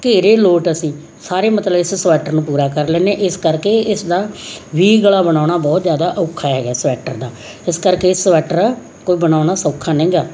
ਘੇਰੇ ਲੋਟ ਅਸੀਂ ਸਾਰੇ ਮਤਲਬ ਇਸ ਸਵੈਟਰ ਨੂੰ ਪੂਰਾ ਕਰ ਲੈਂਦੇ ਹਾਂ ਇਸ ਕਰਕੇ ਇਸਦਾ ਵੀ ਗਲਾ ਬਣਾਉਣਾ ਬਹੁਤ ਜ਼ਿਆਦਾ ਔਖਾ ਹੈਗਾ ਸਵੈਟਰ ਦਾ ਇਸ ਕਰਕੇ ਸਵੈਟਰ ਕੋਈ ਬਣਾਉਣਾ ਸੌਖਾ ਨਹੀਂ ਗਾ